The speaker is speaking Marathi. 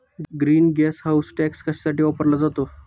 ग्रीन गॅस हाऊस टॅक्स कशासाठी वापरला जातो?